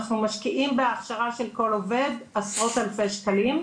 אנחנו משקיעים בהכשרה של כל עובד עשרות אלפי שקלים.